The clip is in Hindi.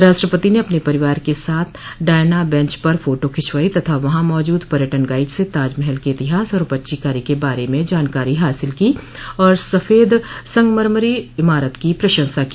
राष्ट्रपति ने अपने परिवार के साथ डायना बेंच पर फोटो खिंचवाई तथा वहां मौजूद पर्यटन गाइड से ताजमहल के इतिहास और पच्चीकारी क बारे में जानकारी हासिल की और सफेद संगमरमरी इमारत की प्रशंसा की